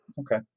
okay